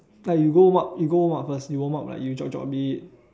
like you go warm up you go warm up first you warm up like you jog jog a bit